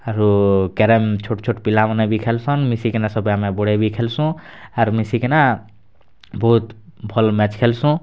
ଆରୁ କ୍ୟାରମ୍ ଛୋଟ୍ ଛୋଟ୍ ପିଲାମାନେ ବି ଖେଲ୍ସନ୍ ମିଶିକିନା ସବୁ ଆମେ ବୁଢ଼େ ବି ଖେଲ୍ସୁନ୍ ଆରୁ ମିଶିକିନା ବହୁତ୍ ଭଲ ମ୍ୟାଚ୍ ଖେଲ୍ସୁ